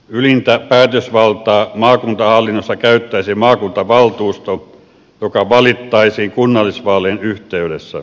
ylintä päätösvaltaa maakuntahallinnossa käyttäisi maakuntavaltuusto joka valittaisiin kunnallisvaalien yhteydessä